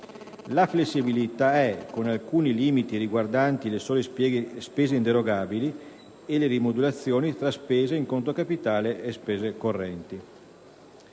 la flessibilità è "con alcuni limiti riguardanti le sole spese inderogabili e la rimodulazione tra spese in conto capitale e spese correnti"